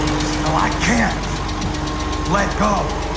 still i can't let go.